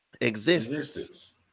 Existence